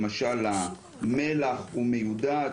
למשל: המלח הוא מיודד.